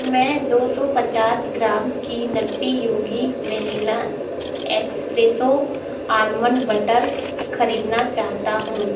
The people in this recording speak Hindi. मैं दो सौ पचास ग्राम की Nutty Yogi vanilla espresso almond butter ख़रीदना चाहता हूँ